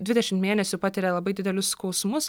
dvidešimt mėnesių patiria labai didelius skausmus